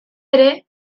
ere